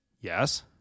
Yes